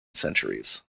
centuries